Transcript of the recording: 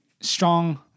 strong